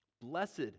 Blessed